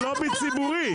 זה לובי ציבורי,